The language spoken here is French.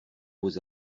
vos